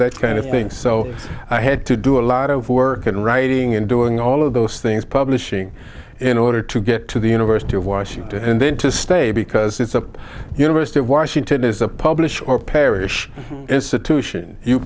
that kind of thing so i had to do a lot of work and writing and doing all of those things publishing in order to get to the university of washington and then to stay because it's a university of washington is a publish or perish institution you